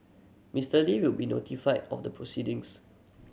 Mister Li will be notified of the proceedings